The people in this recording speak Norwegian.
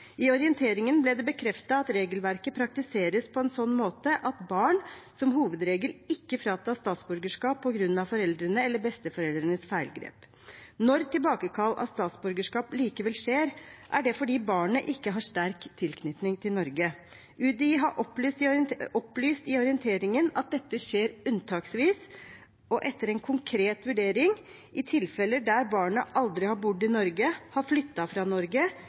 I orienteringen ble det bekreftet at regelverket praktiseres på en sånn måte at barn som hovedregel ikke fratas statsborgerskap på grunn av foreldrenes eller besteforeldrenes feilgrep. Når tilbakekall av statsborgerskap likevel skjer, er det fordi barnet ikke har sterk tilknytning til Norge. UDI har opplyst i orienteringen at dette skjer unntaksvis og etter en konkret vurdering i tilfeller der barnet aldri har bodd i Norge, har flyttet fra Norge